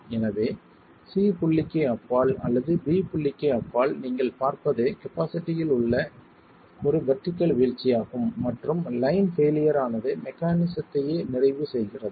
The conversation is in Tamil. எனவே c புள்ளிக்கு அப்பால் அல்லது b புள்ளிக்கு அப்பால் நீங்கள் பார்ப்பது கபாஸிட்டியில் ஒரு வெர்டிகள் வீழ்ச்சியாகும் மற்றும் லைன் பெயிலியர் ஆனது மெக்கானிசத்தையே நிறைவு செய்கிறது